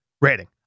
rating